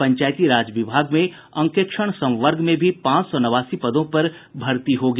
पंचायती राज विभाग में अंकेक्षण सम्वर्ग में भी पांच सौ नवासी पदों पर भर्ती की जायेगी